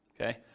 okay